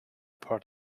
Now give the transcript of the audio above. part